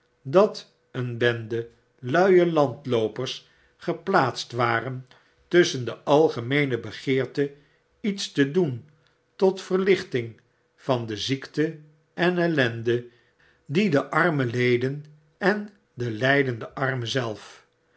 dat een bende luie landloopers geplaatst waren tusschen de algemeene begeerte iets te doen tot verlichting van de ziekte en ellende die de armen leden en de lijdende armen zelf